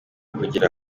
kugira